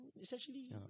essentially